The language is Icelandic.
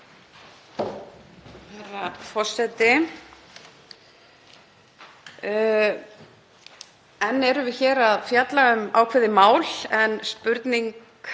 Enn erum við hér að fjalla um ákveðið mál en spurning